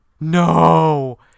No